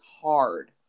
hard